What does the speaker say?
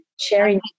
sharing